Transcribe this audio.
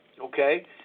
okay